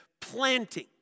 planting